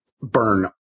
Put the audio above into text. burn